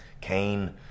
Cain